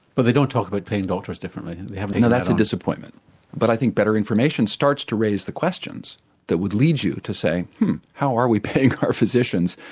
but they don't talk about paying doctors differently. no, that's a disappointment but i think better information starts to raise the questions that would lead you to say how are we paying our physicians,